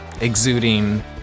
exuding